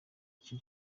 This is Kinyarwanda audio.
icyo